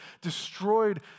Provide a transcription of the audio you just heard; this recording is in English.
destroyed